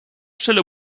stelle